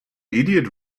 idiot